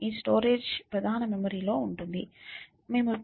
ఈ స్టోరేజ్ ప్రధాన మెమరీలో ఉంటుంది